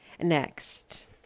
next